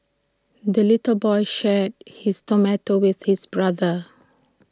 the little boy shared his tomato with his brother